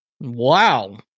wow